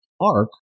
arc